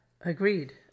Agreed